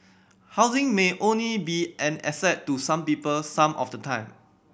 housing may only be an asset to some people some of the time